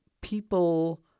people